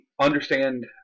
understand